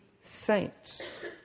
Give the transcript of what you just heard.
saints